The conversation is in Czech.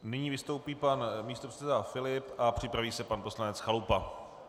Nyní vystoupí pan místopředseda Filip a připraví se pan poslanec Chalupa.